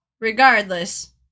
Regardless